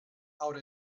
out